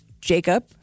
Jacob